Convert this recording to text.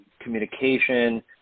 communication